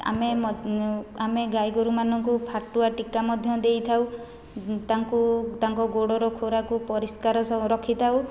ଆମେ ଆମେ ଗାଈ ଗୋରୁମାନଙ୍କୁ ଫାଟୁଆ ଟୀକା ମଧ୍ୟ ଦେଇଥାଉ ତାଙ୍କୁ ତାଙ୍କ ଗୋଡ଼ର ଖୋରାକୁ ପରିଷ୍କାର ସବୁ ରଖିଥାଉ